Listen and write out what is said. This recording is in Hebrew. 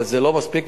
אבל זה לא מספיק,